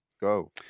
go